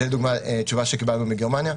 זו לדוגמה תשובה שקיבלנו מגרמניה.